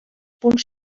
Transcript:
punts